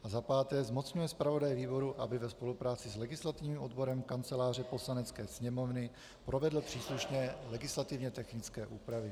V. Zmocňuje zpravodaje výboru, aby ve spolupráci s legislativním odborem Kanceláře Poslanecké sněmovny provedl příslušné legislativně technické úpravy.